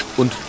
und